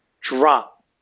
drop